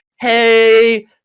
hey